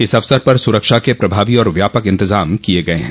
इस अवसर पर सुरक्षा के प्रभावी और व्यापक इन्तज़ाम किये गये हैं